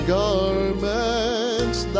garments